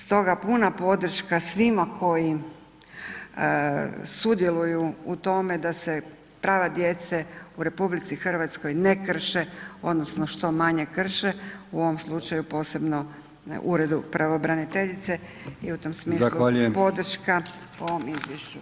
Stoga puna podrška svima koji sudjeluju u tome da se prava djece u RH, ne krše, odnosno, što manje krše, u ovom slučaju posebno u uredu pravobraniteljice i u tom smislu podrška ovom izvješću.